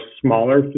smaller